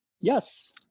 Yes